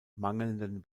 mangelnden